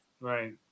Right